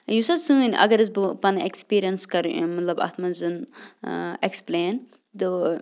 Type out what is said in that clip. یُس حظ سٲنۍ اگر حظ بہٕ پَنٕنۍ اٮ۪کٕسپیٖریَنٕس کَرٕ مطلب اَتھ منٛز اٮ۪کٕسپٕلین تہٕ